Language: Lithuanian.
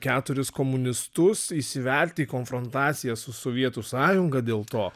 keturis komunistus įsivelti į konfrontaciją su sovietų sąjunga dėl to